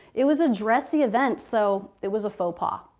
it was a dressy event so it was a faux pas.